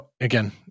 Again